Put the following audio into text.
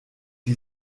die